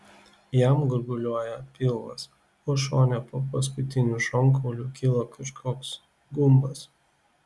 jam gurguliuoja pilvas o šone po paskutiniu šonkauliu kyla kažkoks gumbas